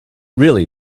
really